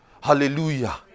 Hallelujah